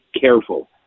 careful